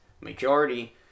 majority